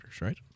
right